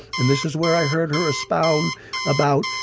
and this is where i heard her expound about,